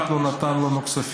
שמימנו לך כנסי בחירות?